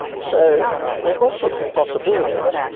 so there are all sorts of possibilities.